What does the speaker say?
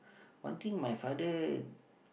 one thing my father